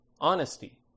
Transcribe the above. honesty